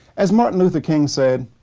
as martin luther king said,